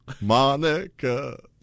Monica